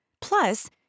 Plus